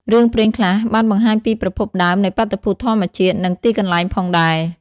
រឿងព្រេងខ្លះបានបង្ហាញពីប្រភពដើមនៃបាតុភូតធម្មជាតិ និងទីកន្លែងផងដែរ។